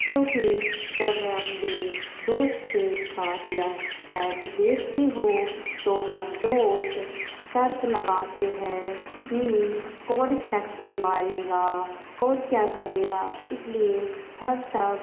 क्योंकि जब मै अपने दोस्त के साथ या मैच देखती हूँ तो हम दोस्त शर्त लगाते हैं कि कौन छक्के मारेगा कौन क्या करेगा इसलिए हम सब